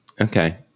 Okay